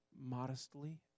modestly